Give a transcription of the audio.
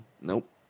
Nope